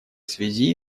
связи